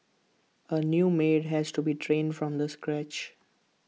A new maid has to be trained from this scratch